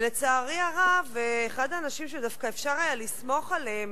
ולצערי הרב אחד האנשים שדווקא אפשר היה לסמוך עליהם,